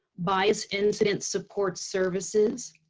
bias incident support services,